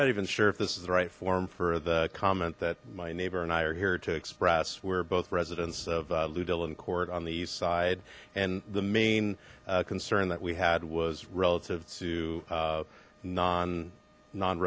not even sure if this is the right form for the comment that my neighbor and i are here to express we're both residents of lou dillon court on the east side and the main concern that we had was relative to non non